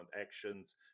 actions